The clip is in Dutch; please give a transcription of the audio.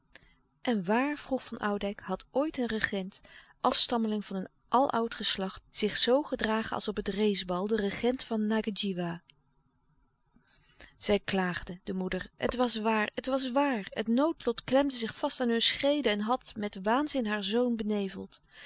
en waar vroeg van oudijck had ooit een regent afstammeling van een aloud geslacht zich zoo gedragen als op het race bal de regent van ngadjiwa zij klaagde de moeder het was waar het was waar het noodlot klemde zich vast aan hun schreden en had met waanzin haar zoon beneveld